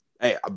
Hey